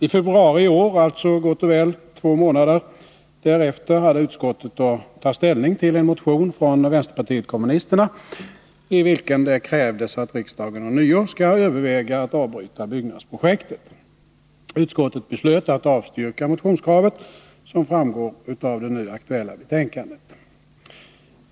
I februari i år — alltså gott och väl två månader efter det att beslutet fattats — hade utskottet att ta ställning till en motion från vänsterpartiet kommunisterna, i vilken det krävdes att riksdagen ånyo skall överväga att avbryta byggnadsprojektet. Utskottet beslöt att avstyrka motionskravet, som framgår av det nu aktuella betänkandet.